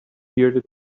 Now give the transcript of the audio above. bearded